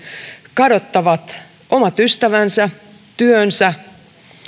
kadottavat omat ystävänsä työnsä